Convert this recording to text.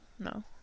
No